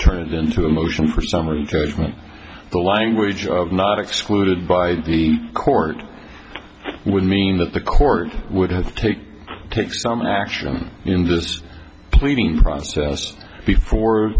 it into a motion for summary judgment the language of not excluded by the court would mean that the court would have to take take some action in this pleading process before